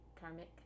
Karmic